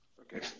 okay